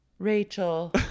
Rachel